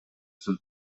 сөз